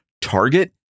Target